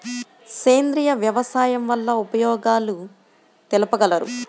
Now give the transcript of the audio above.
సేంద్రియ వ్యవసాయం వల్ల ఉపయోగాలు తెలుపగలరు?